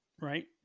Right